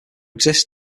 exist